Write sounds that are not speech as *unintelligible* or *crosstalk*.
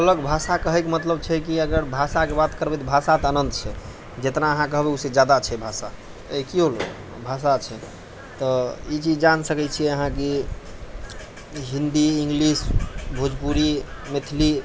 अलग भाषा कहैके मतलब छैकि अगर भाषाके बात करबै तऽ भाषा तऽ अनन्त छै जितना अहाँ कहबै ओहिसँ ज्यादा छै भाषा *unintelligible* भाषा छै तऽ ई चीज जानि सकै छियै अहाँ कि हिन्दी इङ्गलिश भोजपुरी मैथिली